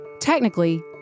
Technically